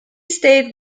stayed